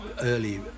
early